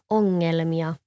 ongelmia